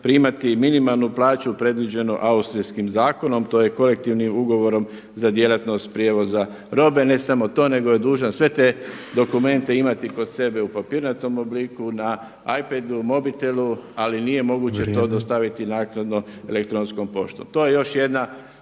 primati minimalnu plaću predviđenu austrijskim zakonom, tj. kolektivnim ugovorom za djelatnost prijevoza robe. Ne samo to, nego je dužan sve te dokumente imati kod sebe u papirnatom … /Upadica Petrov: Vrijeme./ … obliku na iPodu, Mobitelu, ali nije moguće to dostaviti naknadno elektronskom poštom.